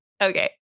Okay